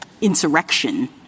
insurrection